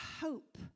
hope